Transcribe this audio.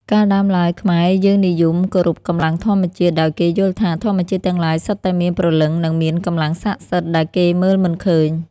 កាលដើមឡើយ ខ្មែរ យើងនិយមគោរពកម្លាំងធម្មជាតិ ដោយគេយល់ថា ធម្មជាតិទាំងឡាយសុទ្ធតែមាន ព្រលឹង និងមានកម្លាំងស័ក្តិសិទ្ធ ដែលគេមើលមិនឃើញ។